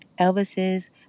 Elvis's